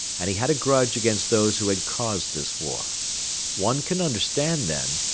and he had a grudge against those who had caused this war one can understand, then,